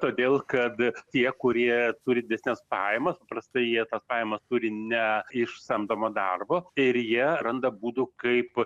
todėl kad tie kurie turi didesnes pajamas prastai jie tas pajamas turi ne iš samdomo darbo ir jie randa būdų kaip